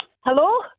Hello